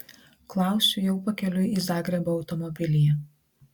klausiu jau pakeliui į zagrebą automobilyje